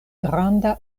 granda